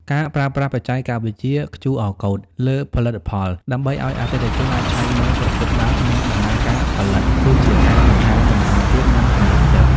ការប្រើប្រាស់បច្ចេកវិទ្យា QR Code លើផលិតផល ដើម្បីឱ្យអតិថិជនអាចឆែកមើលប្រភពដើម និងដំណើរការផលិត គឺជាការបង្កើនតម្លាភាព និងទំនុកចិត្ត។